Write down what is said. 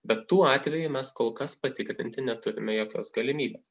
bet tų atvejų mes kol kas patikrinti neturime jokios galimybės